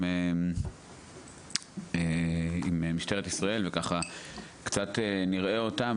עם משטרת ישראל וקצת נראה אותם,